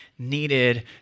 Needed